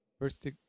first